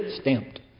stamped